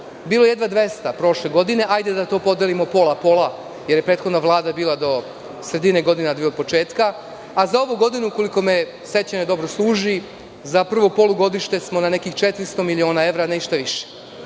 bilo je jedva 200 prošle godine, hajde da to podelimo pola-pola, jer je prethodna vlada bila do sredine godine, a vi od početka, a za ovu godinu, koliko me sećanje dobro služi, za prvo polugodište smo na nekih 400 miliona evra, ništa više,